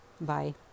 bye